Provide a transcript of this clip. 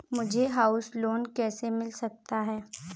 मुझे house loan कैसे मिल सकता है?